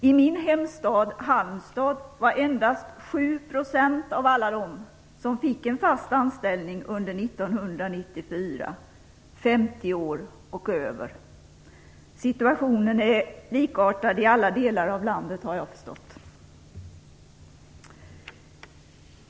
I min hemstad, Halmstad, var endast 7 % av alla dem som fick en fast anställning under 1994 över 50 år. Situationen är likartad i alla delar av landet har jag förstått.